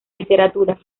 literatura